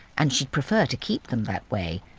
and she'd prefer to keep them that way.